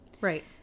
Right